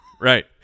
Right